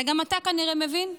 וגם אתה כנראה מבין,